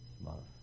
love